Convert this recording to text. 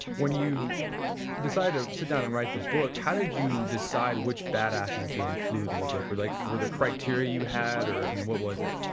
when you decided to sit down and write the book, how did you decide which badasses to include in the book, what like are the criteria you had or i mean what was it?